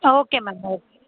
ah okay ma'am okay